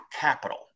capital